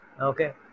Okay